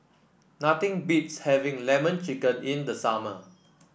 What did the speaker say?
nothing beats having lemon chicken in the summer